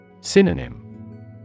Synonym